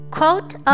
Quote